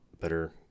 better